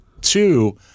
two